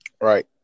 Right